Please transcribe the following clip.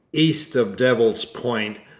east of devil's point,